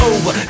Over